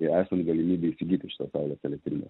esant galimybei įsigyti šitas saulės elektrines